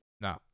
No